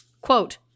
quote